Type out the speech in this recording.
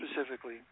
specifically